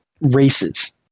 races